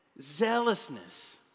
zealousness